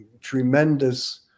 tremendous